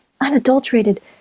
unadulterated